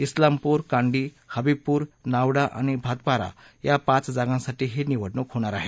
इस्लामपूर कांडी हबीबपूर नावडा आणि भातपारा या पाच जागांसाठी ही निवडणूक होणार आहे